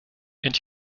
and